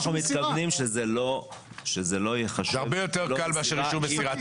תאמין לי שזה הרבה יותר קל מאשר אישור מסירה.